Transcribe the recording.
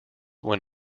when